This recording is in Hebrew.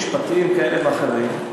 כי יש לזה גם היבטים משפטיים כאלה ואחרים.